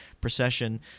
procession